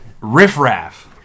riffraff